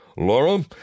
Laura